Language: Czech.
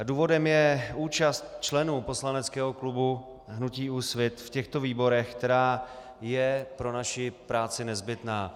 Důvodem je účast členů poslaneckého klubu hnutí Úsvit v těchto výborech, která je pro naši práci nezbytná.